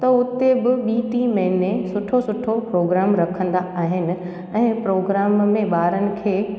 त हुते बि ॿीं टी महिने सुठो सुठो प्रोग्राम रखंदा आहिनि ऐं प्रोग्राम में ॿारनि खे